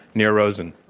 nir rosen.